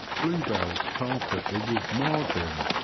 blue bells carpet the wood-margin,